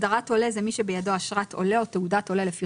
הגדרת עולה היא מי שבידו אשרת עולה או תעודת עולה לפי